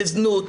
לזנות,